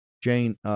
Jane